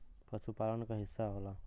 पसुपालन क हिस्सा होला